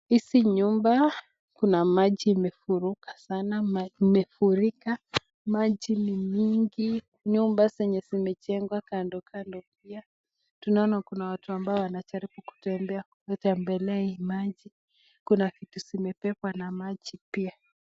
Hizi nyumba, kuna maji imefurika sanaa. Imefurika. Maji ni nyingi. Nyumba zenye zimejengwa kando kando pia. Tunaona kuna watu ambao wanajaribu kutembelea hii maji. Kuna vitu zimebebwa na maji pia.